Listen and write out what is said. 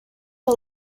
are